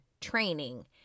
training